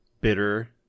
bitter